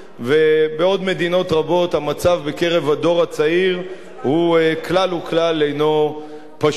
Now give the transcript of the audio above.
ובעוד מדינות רבות המצב בקרב הדור הצעיר כלל וכלל אינו פשוט.